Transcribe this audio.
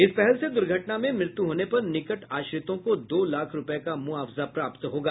इस पहल से दुर्घटना में मृत्यु होने पर निकट आश्रितों को दो लाख रूपये का मुआवजा प्राप्त होगा